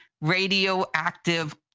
radioactive